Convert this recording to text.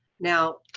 now,